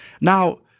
Now